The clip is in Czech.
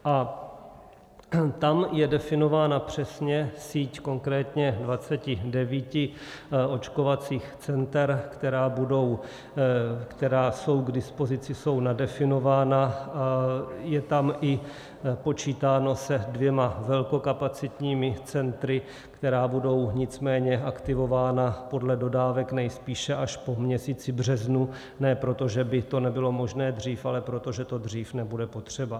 A tam je definována přesně síť konkrétně 29 očkovacích center, která jsou k dispozici, jsou nadefinována a je tam počítáno se dvěma velkokapacitními centry, která budou nicméně aktivována podle dodávek nejspíše až po měsíci březnu, ne proto, že by to nebylo možné dřív, ale protože to dřív nebude potřeba.